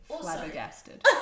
flabbergasted